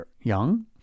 young